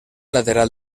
lateral